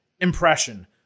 impression